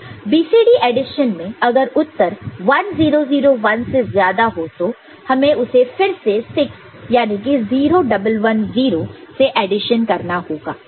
BCD addition में अगर उत्तर 1 0 0 1 से ज्यादा हो तो हमें उसे फिर से 6 यानी की 0 11 0 से एडिशन करना होगा